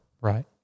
right